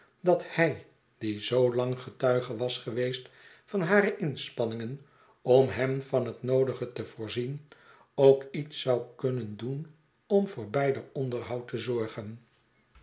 dat hij die zoo lang getuige was geweest van hare inspanningen om hem van het noodige te voorzien ook iets zou kunnen doen om voor beider onderhoud te zorgen